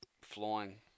flying